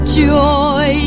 joy